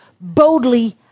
boldly